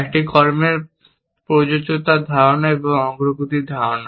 একটি কর্মের প্রযোজ্যতার ধারণা এবং অগ্রগতির ধারণা